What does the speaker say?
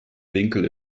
winkel